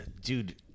dude